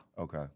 Okay